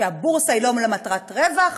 שהבורסה היא לא למטרת רווח,